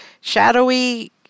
shadowy